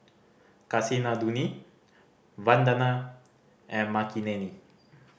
Kasinadhuni Vandana and Makineni